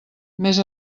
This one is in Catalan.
més